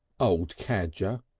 old cadger!